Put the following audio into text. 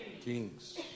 kings